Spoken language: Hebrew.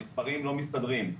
המספרים לא מסתדרים,